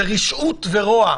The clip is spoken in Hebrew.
זה רשעות ורוע.